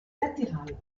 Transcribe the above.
latéral